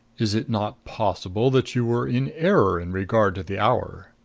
is it not possible that you were in error in regard to the hour?